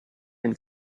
and